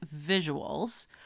visuals –